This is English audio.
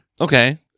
Okay